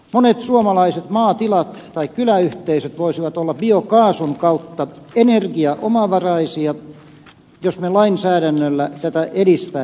monet suomalaiset maatilat tai kyläyhteisöt voisivat olla biokaasun kautta energiaomavaraisia jos me lainsäädännöllä tätä edistäisimme